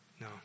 No